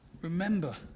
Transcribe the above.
Remember